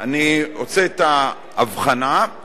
אני עושה את ההבחנה,